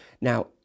Now